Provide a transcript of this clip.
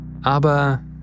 Aber